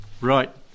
right